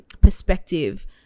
perspective